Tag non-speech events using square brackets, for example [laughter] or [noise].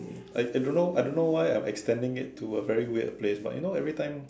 I I don't know I don't know why I'm extending it to a very weird place but you know every time [noise]